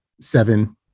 seven